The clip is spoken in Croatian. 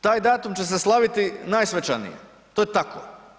Taj datum će se slaviti najsvečanije, to je tako.